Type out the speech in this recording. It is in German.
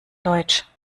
deutsch